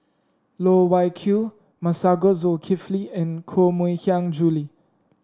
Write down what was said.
Loh Wai Kiew Masagos Zulkifli and Koh Mui Hiang Julie